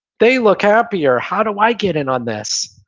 they look happier. how do i get in on this?